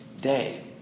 day